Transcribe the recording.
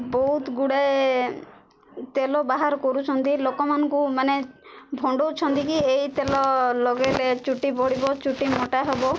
ବହୁତ ଗୁଡ଼ାଏ ତେଲ ବାହାର କରୁଛନ୍ତି ଲୋକମାନଙ୍କୁ ମାନେ ଭଣ୍ଡାଉଛନ୍ତି କି ଏଇ ତେଲ ଲଗାଇଲେ ଚୁଟି ବଢ଼ିବ ଚୁଟି ମୋଟା ହବ